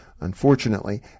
Unfortunately